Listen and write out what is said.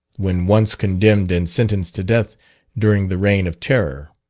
when once condemned and sentenced to death during the reign of terror.